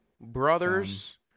brothers